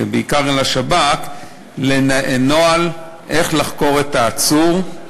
ובעיקר לשב"כ, נוהל איך לחקור את העצור.